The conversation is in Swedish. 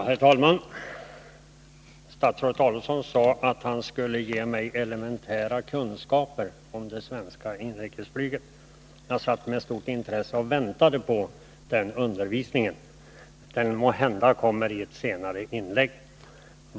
Herr talman! Statsrådet Adelsohn sade att han skulle ge mig elementära kunskaper om det svenska inrikesflyget. Jag satt och väntade med stort intresse på den undervisningen. Måhända kommer den i ett senare inlägg.